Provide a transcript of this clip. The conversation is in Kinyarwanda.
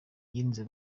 yirinze